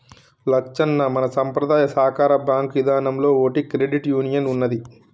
లచ్చన్న మన సంపద్రాయ సాకార బాంకు ఇదానంలో ఓటి క్రెడిట్ యూనియన్ ఉన్నదీ